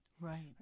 Right